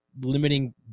limiting